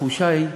התחושה היא,